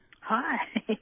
Hi